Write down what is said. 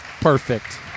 perfect